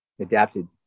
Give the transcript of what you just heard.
adapted